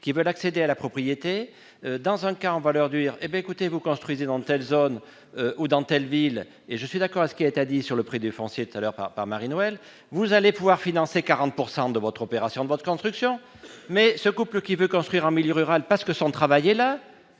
qui veulent accéder à la propriété dans un cas, on va le réduire, hé bien écoutez vous construisez dans telle zone ou dans telle ville et je suis d'accord à ce qui interdit sur le prix du foncier est à l'heure par Marie-Noëlle, vous allez pouvoir financer 40 pourcent de votre opération de votre construction mais ce couple qui veut construire en milieu rural parce que son travail est là